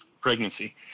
pregnancy